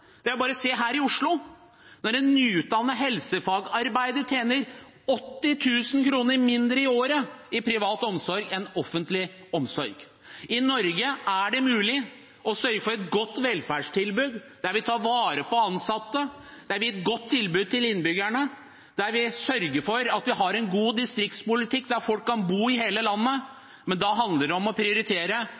Det er bare å se til Oslo, der en nyutdannet helsefagarbeider tjener 80 000 kr mindre i året i privat omsorg enn i offentlig omsorg. I Norge er det mulig å sørge for et godt velferdstilbud, der vi tar vare på ansatte, der vi gir et godt tilbud til innbyggerne, der vi sørger for at vi har en god distriktspolitikk slik at folk kan bo i hele landet. Men da handler det om å prioritere,